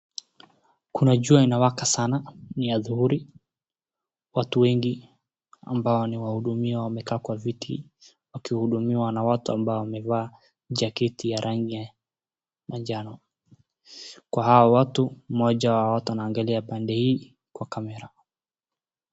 Kuna jua inawaka sana ni adhuhuri ,watu wengi ambao ni wahudumiwa wameeka kwa viti wakihudumiwa na watu ambao wamevaa jacketi ya rangi majano .Kwa hawa watu mmoja wa watu anangalia pande hii kwa kamera.